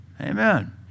Amen